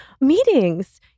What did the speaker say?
Meetings